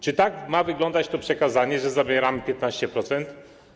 Czy tak ma wyglądać to przekazanie, że zabieramy 15%?